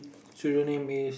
so your name is